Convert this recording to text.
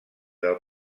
del